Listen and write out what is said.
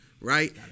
right